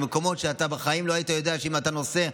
במקומות שאתה בחיים לא היית יודע שאם אתה נוסע,